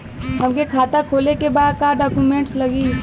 हमके खाता खोले के बा का डॉक्यूमेंट लगी?